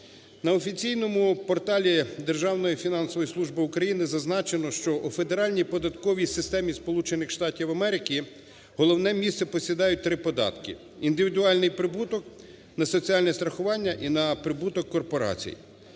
На офіційному порталі Державної фінансової служби України зазначено, що у Федеральній податковій системі Сполучених Штатів Америки головне місце посідають 3 податки: індивідуальний прибуток, на соціальне страхування і на прибуток корпорацій.